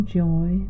joy